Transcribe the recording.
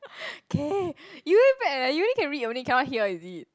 okay you very bad leh you only can read only cannot hear is it